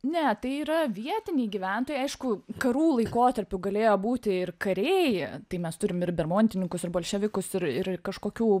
ne tai yra vietiniai gyventojai aišku karų laikotarpiu galėjo būti ir kariai tai mes turim ir bermontininkus ir bolševikus ir ir kažkokių